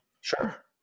Sure